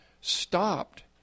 stopped